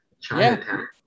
Chinatown